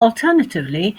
alternatively